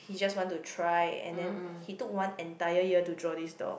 he just want to try and then he took one entire year to draw this dog